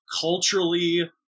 culturally